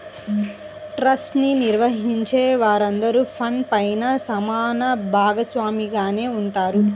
trust ని నిర్వహించే వారందరూ ఫండ్ పైన సమాన భాగస్వామిగానే ఉంటారు